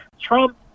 trump